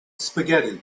spaghetti